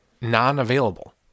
non-available